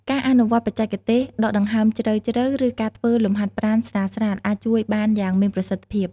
ការអនុវត្តបច្ចេកទេសដកដង្ហើមជ្រៅៗ ឬការធ្វើលំហាត់ប្រាណស្រាលៗអាចជួយបានយ៉ាងមានប្រសិទ្ធភាព។